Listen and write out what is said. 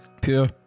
pure